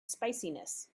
spiciness